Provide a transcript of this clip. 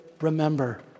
remember